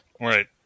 Right